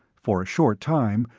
for a short time,